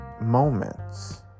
moments